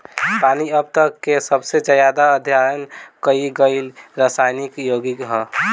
पानी अब तक के सबसे ज्यादा अध्ययन कईल गईल रासायनिक योगिक ह